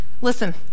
Listen